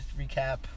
recap